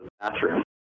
bathroom